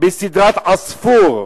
בסדרה "עספור",